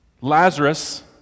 Lazarus